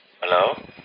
Hello